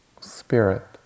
spirit